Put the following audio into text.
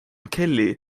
kelly